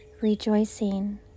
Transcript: Rejoicing